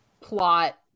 plot